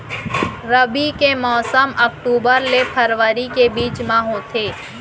रबी के मौसम अक्टूबर ले फरवरी के बीच मा होथे